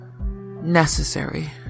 necessary